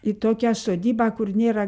į tokią sodybą kur nėra